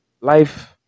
life